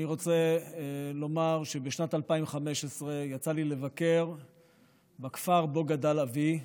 אני רוצה לומר שבשנת 2015 יצא לי לבקר בכפר שבו גדל אבי,